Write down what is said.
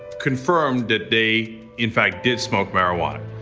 confirmed that they in fact did smoke marijuana.